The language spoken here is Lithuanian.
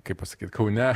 kaip pasakyt kaune